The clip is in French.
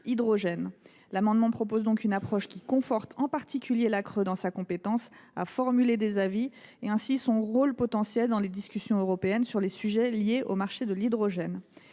Gouvernement propose donc une approche qui conforte en particulier la CRE dans sa compétence à formuler des avis et ainsi son rôle potentiel dans les discussions européennes sur les sujets liés au marché de l’hydrogène.